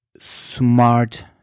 smart